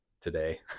today